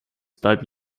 bleiben